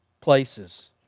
places